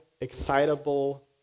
excitable